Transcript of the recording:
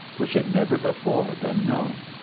which had never before been known.